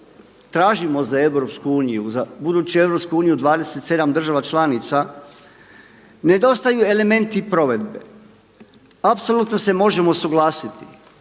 tražimo za EU, buduću EU 27 država članica nedostaju elementi provedbe. Apsolutno se možemo suglasiti